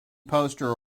poster